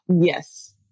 Yes